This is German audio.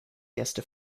erste